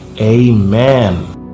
amen